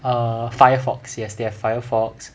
err Firefox yes they have Firefox